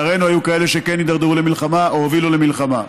לצערנו היו כאלה שכן הידרדרו למלחמה או הובילו למלחמה,